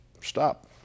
stop